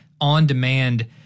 on-demand